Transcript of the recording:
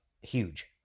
huge